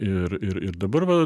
ir ir ir dabar va